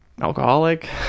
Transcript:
alcoholic